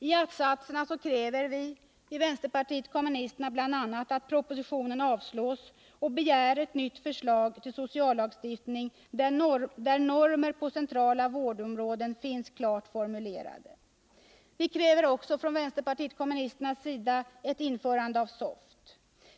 I att-satserna kräver vi i vpk bl.a. att propositionen avslås och begär ett nytt förslag till sociallagstiftning, där normer på centrala vårdområden finns klart formulerade. Vi kräver från vänsterpartiet kommunisternas sida också ett införande av SOFT.